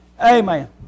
Amen